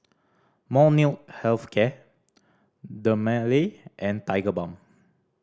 Molnylcke Health Care Dermale and Tigerbalm